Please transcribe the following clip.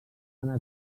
anar